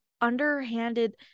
underhanded